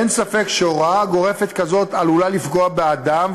אין ספק שהוראה גורפת כזו עלולה לפגוע באדם,